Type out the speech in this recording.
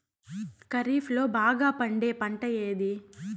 ఖరీఫ్ లో బాగా పండే పంట ఏది?